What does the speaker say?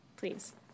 Please